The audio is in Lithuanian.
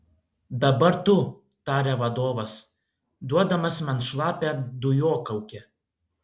dabar tu tarė vadovas duodamas man šlapią dujokaukę